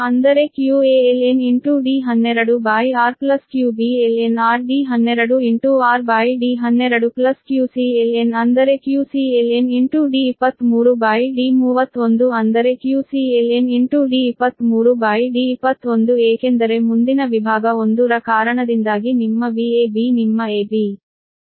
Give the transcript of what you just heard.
ಅಂದರೆ qaln D12r qbln r D12rD12qcln ಅಂದರೆ qcln D23D31 ಅಂದರೆ qcln D23D31 by D23D21 ಏಕೆಂದರೆ ಮುಂದಿನ ವಿಭಾಗ 1 ರ ಕಾರಣದಿಂದಾಗಿ ನಿಮ್ಮ Vab ನಿಮ್ಮ a b